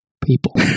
people